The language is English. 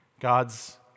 God's